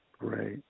Right